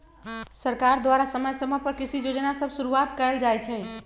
सरकार द्वारा समय समय पर कृषि जोजना सभ शुरुआत कएल जाइ छइ